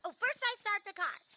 so first i start the car.